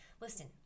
listen